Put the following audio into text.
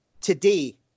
today